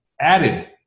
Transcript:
added